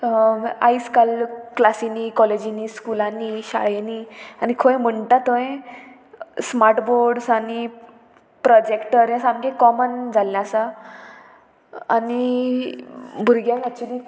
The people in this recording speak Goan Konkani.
आयज काल क्लासीनी कॉलेजींनी स्कुलांनी शाळेंनी आनी खंय म्हणटा थंय स्मार्ट बोर्ड्स आनी प्रोजेक्टर हें सामकें कॉमन जाल्लें आसा आनी भुरग्यांक एक्चुली